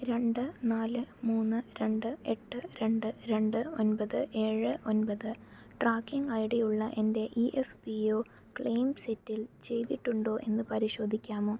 രണ്ട് നാല് മൂന്ന് രണ്ട് എട്ട് രണ്ട് രണ്ട് ഒൻപത് ഏഴ് ഒൻപത് ട്രാക്കിംഗ് ഐഡിയുള്ള എൻ്റെ E F P O claim settle ചെയ്തിട്ടുണ്ടോ എന്ന് പരിശോധിക്കാമോ